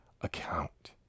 account